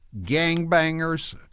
gangbangers